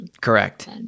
correct